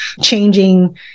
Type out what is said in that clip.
changing